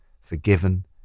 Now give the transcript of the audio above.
forgiven